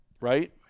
right